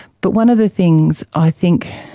but one of the things i think,